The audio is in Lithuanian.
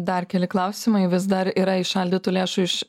dar keli klausimai vis dar yra įšaldytų lėšų iš